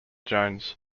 jones